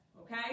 Okay